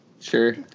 sure